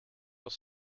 was